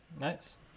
Nice